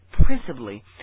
principally